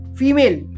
female